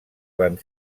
van